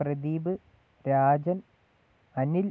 Pradeep Rajan Anil